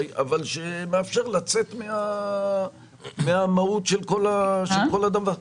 אבל שמאפשר לצאת מהמהות של כל הדבר הזה.